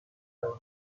توانم